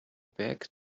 back